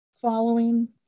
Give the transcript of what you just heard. following